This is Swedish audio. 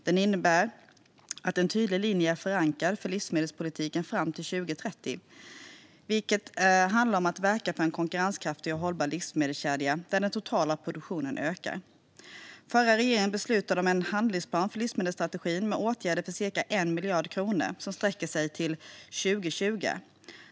Den innebär att en tydlig linje är förankrad för livsmedelspolitiken fram till 2030, vilket handlar om att verka för en konkurrenskraftig och hållbar livsmedelskedja där den totala produktionen ökar. Förra regeringen beslutade om en handlingsplan för livsmedelsstrategin med åtgärder för ca 1 miljard kronor som sträcker sig till 2020.